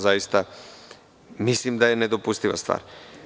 Zaista mislim da je ovo nedopustiva stvar.